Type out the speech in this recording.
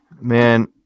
Man